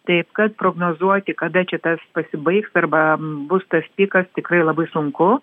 taip kad prognozuoti kada čia tas pasibaigs arba bus tas pikas tikrai labai sunku